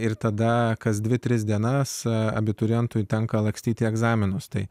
ir tada kas dvi tris dienas abiturientui tenka lakstyti egzaminus tai